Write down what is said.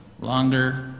longer